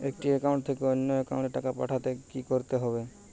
একটি একাউন্ট থেকে অন্য একাউন্টে টাকা পাঠাতে কি করতে হবে?